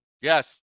Yes